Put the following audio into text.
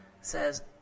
says